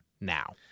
now